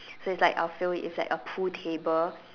so it's like I will fill it with a pool table